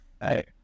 Hey